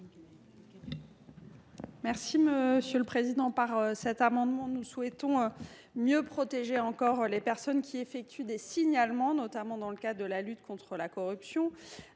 Mme Audrey Linkenheld. Par cet amendement, nous souhaitons mieux protéger encore les personnes qui effectuent des signalements, notamment dans le cadre de la lutte contre la corruption,